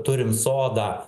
turim sodą